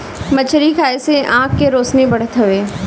मछरी खाए से आँख के रौशनी बढ़त हवे